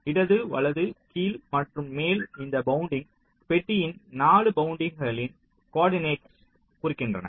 இடது வலது கீழ் மற்றும் மேல் இந்த பவுண்டிங் பெட்டியின் 4 பவுண்டிங் களின் கோர்டினேட்களை குறிக்கின்றன